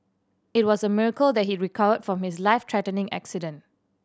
it was a miracle that he recovered from his life threatening accident